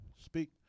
speak